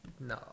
No